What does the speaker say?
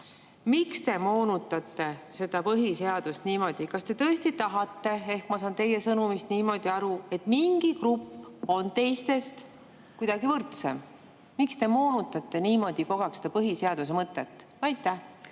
Miks te moonutate põhiseadust niimoodi? Kas te tõesti tahate – ma saan teie sõnumist niimoodi aru –, et mingi grupp on teistest kuidagi võrdsem? Miks te moonutate niimoodi kogu aeg põhiseaduse mõtet? Ma